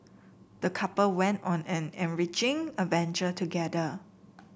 the couple went on an enriching adventure together